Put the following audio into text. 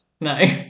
No